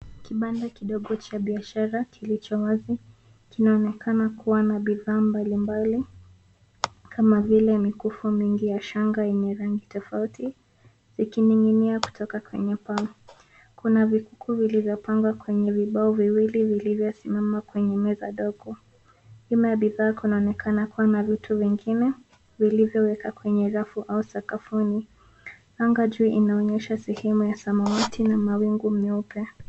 Kibanda kidogo cha biasahra kilicho wazi .Kinaonekana kuwa na bidhaa mbalimbali kama vile mikufu mingi ya shanga yenye rangi tofauti zikiningi'nia kutoka kwenye paa. Kuna vikufu vilivyopangwa kwenye vibao viwili vilivyosimama kwenye meza ndogo. Nyuma ya bidhaa kunaonekana kuwa na vitu zingine vilivyowekwa kwenye rafu au sakafuni. Angaa juu inaonyesha sehemu ya samawati na mawingu mieupe.